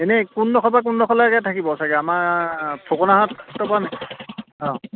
এনেই কোনডোখৰ পৰা কোন ডোখলৈকে থাকিব চাগে আমাৰ অঁ